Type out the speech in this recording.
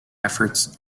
efforts